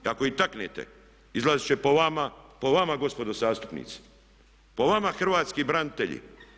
Ako ih taknete izlaziti će po vama gospodo zastupnici, po vama hrvatski branitelji.